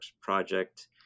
project